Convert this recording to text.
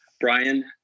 brian